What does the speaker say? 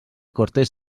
cortes